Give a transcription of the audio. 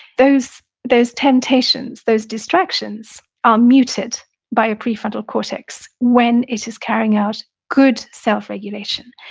those those temptations, those distractions are muted by a prefrontal cortex when it is carrying out good self-regulation.